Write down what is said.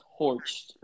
torched